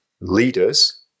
leaders